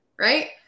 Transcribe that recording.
right